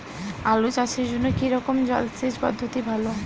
আলু চাষের জন্য কী রকম জলসেচ পদ্ধতি ভালো?